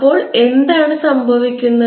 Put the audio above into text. അപ്പോൾ എന്താണ് സംഭവിക്കുന്നത്